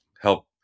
help